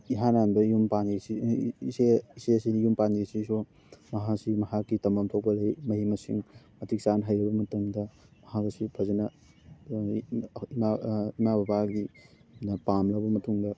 ꯏꯍꯥꯟ ꯍꯥꯟꯕ ꯌꯨꯝ ꯄꯥꯟꯈ꯭ꯔꯤꯁꯤ ꯏꯆꯦ ꯏꯆꯦꯁꯤꯅꯤ ꯌꯨꯝ ꯄꯥꯟꯈ꯭ꯔꯤꯁꯤꯁꯨ ꯃꯁꯥꯛꯁꯤ ꯃꯁꯥꯛꯀꯤ ꯇꯝꯐꯝ ꯊꯣꯛꯄ ꯂꯥꯏꯔꯤꯛ ꯃꯍꯩ ꯃꯁꯤꯡ ꯃꯇꯤꯛ ꯆꯥꯅ ꯍꯩꯔꯕ ꯃꯇꯝꯗ ꯃꯍꯥꯛ ꯑꯁꯤ ꯐꯖꯅ ꯏꯃꯥ ꯕꯕꯥꯒꯤꯅ ꯄꯥꯝꯂꯕ ꯃꯇꯨꯡꯗ